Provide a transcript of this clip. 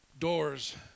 doors